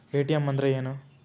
ATM ಅಂದ್ರ ಏನು?